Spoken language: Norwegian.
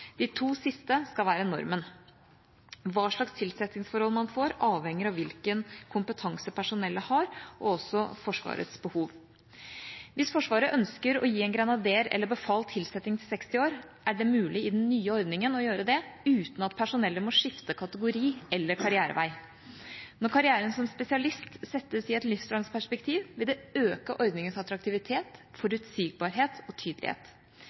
De to siste skal være normen. Hva slags tilsettingsforhold man får, avhenger av hvilken kompetanse personellet har, og også Forsvarets behov. Hvis Forsvaret ønsker å gi en grenader eller befal tilsetting til 60 år, er det mulig i den nye ordningen å gjøre det uten at personellet må skifte kategori eller karrierevei. Når karrieren som spesialist settes i et livslangt perspektiv, vil det øke ordningens attraktivitet, forutsigbarhet og tydelighet.